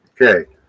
Okay